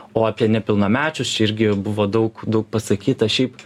o apie nepilnamečius čia irgi buvo daug daug pasakyta šiaip